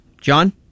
John